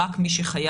רק מי שחייב.